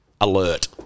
alert